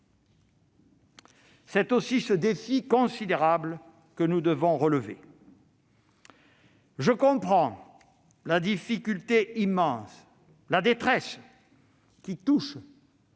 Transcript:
C'est aussi ce défi considérable que nous devons relever. Je comprends la difficulté immense et la détresse qui touchent